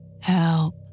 Help